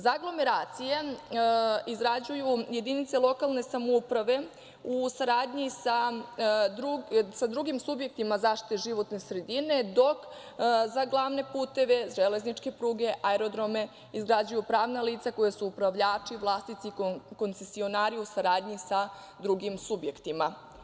Za aglomeracije izrađuju jedinice lokalne samouprave u saradnji sa drugim subjektima zaštite životne sredine, dok za glavne puteve, železničke pruge, aerodrome izgrađuju pravna lica koja su upravljači, vlasnici, koncesionari, u saradnji sa drugim subjektima.